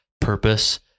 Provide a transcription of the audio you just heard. purpose